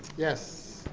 yes.